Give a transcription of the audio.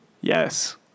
Yes